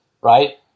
right